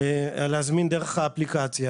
להזמין דרך האפליקציה,